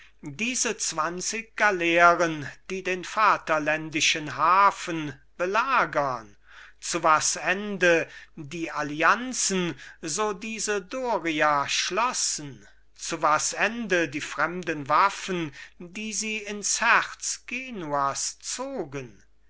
diese zwanzig galeeren die den vaterländischen hafen belagern zu was ende die allianzen so diese doria schlossen zu was ende die fremden waffen die sie ins herz genuas zogen